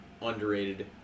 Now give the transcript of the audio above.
underrated